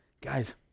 Guys